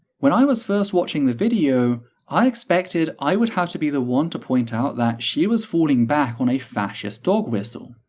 when i was first watching the video i expected i would have to be the one to point out that she was falling back on a fascist dog whistle,